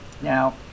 Now